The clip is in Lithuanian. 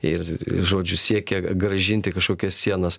ir žodžiu siekia grąžinti kažkokias sienas